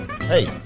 hey